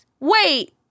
Wait